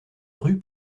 rue